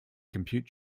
compute